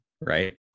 right